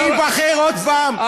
אתם רק דואגים להיבחר עוד פעם,